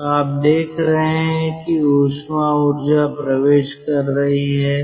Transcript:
तो आप देख रहे हैं कि ऊष्मा ऊर्जा प्रवेश कर रही है